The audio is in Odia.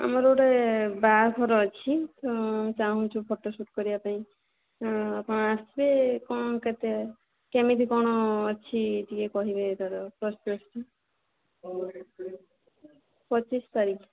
ଆମର ଗୋଟେ ବାହାଘର ଅଛି ମୁଁ ଚାହୁଁଛି ଫଟୋ ସୁଟ୍ କରିବା ପାଇଁ ଆପଣ ଆସି କ'ଣ କେତେ କେମିତି କ'ଣ ଅଛି ଟିକିଏ କହିବେ ତା'ର ପଚିଶ ତାରିଖ